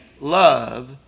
love